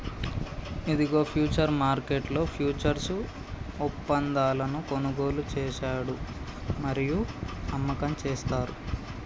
ఇదిగో ఫ్యూచర్స్ మార్కెట్లో ఫ్యూచర్స్ ఒప్పందాలను కొనుగోలు చేశాడు మరియు అమ్మకం చేస్తారు